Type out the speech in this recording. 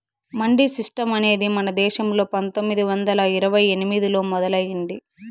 mandi system అనేది మన దేశంలో పందొమ్మిది వందల ఇరవై ఎనిమిదిలో మొదలయ్యింది